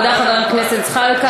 תודה, חבר כנסת זחאלקה.